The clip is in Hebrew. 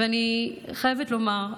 ואני חייבת לומר,